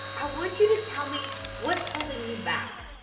i want you to tell me. what's holding you back?